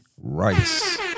Rice